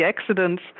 accidents